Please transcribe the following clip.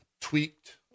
tweaked